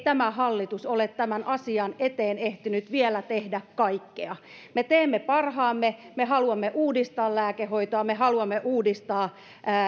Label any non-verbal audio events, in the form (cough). (unintelligible) tämä hallitus ole tämän asian eteen ehtinyt tehdä vielä kaikkea me teemme parhaamme me haluamme uudistaa lääkehoitoa me haluamme uudistaa